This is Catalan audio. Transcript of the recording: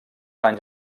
anys